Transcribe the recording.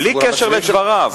בלי קשר לדבריו.